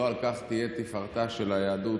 לא על כך תהיה תפארתה של היהדות